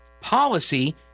policy